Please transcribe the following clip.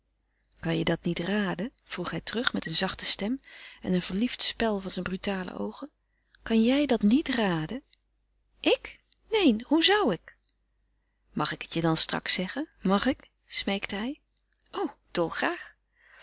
kan je dat niet raden vroeg hij terug met een zachte stem en een verliefd spel zijner brutale oogen kan je dat niet raden ik neen hoe zou ik mag ik het je dan straks zeggen mag ik smeekte hij o dolgraag